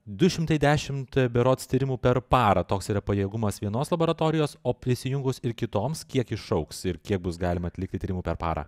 du šimtai dešimt berods tyrimų per parą toks yra pajėgumas vienos laboratorijos o prisijungus ir kitoms kiek išaugs ir kiek bus galima atlikti tyrimų per parą